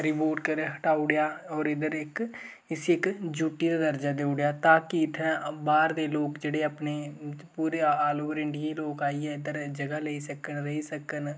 remove करी हटाई ओड़ेआ और इद्धर इक इसी इक यू टी दर्जा देई ओड़ेआ कि इत्थै बाह्र दा अपने पूरे आल ओवर इंडिया दे लोक जगह् लेई सकन रेही सकन